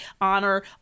honor